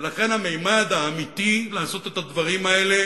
ולכן הממד האמיתי לעשות את הדברים האלה